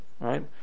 right